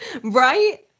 Right